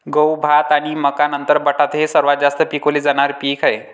गहू, भात आणि मका नंतर बटाटा हे सर्वात जास्त पिकवले जाणारे पीक आहे